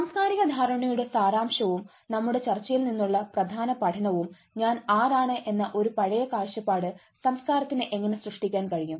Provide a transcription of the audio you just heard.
സാംസ്കാരിക ധാരണയുടെ സാരാംശവും നമ്മുടെ ചർച്ചയിൽ നിന്നുള്ള പ്രധാന പഠനവും ഞാൻ ആരാണ് എന്ന ഒരു പഴയ കാഴ്ചപ്പാട് സംസ്കാരത്തിന് എങ്ങനെ സൃഷ്ടിക്കാൻ കഴിയും